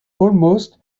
almost